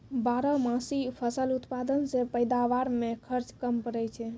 बारहमासी फसल उत्पादन से पैदावार मे खर्च कम पड़ै छै